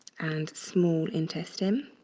and small intestine.